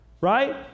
Right